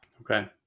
Okay